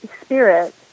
spirit